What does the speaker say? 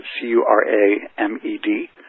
C-U-R-A-M-E-D